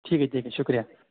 ٹھیک ہے ٹھیک ہے شکریہ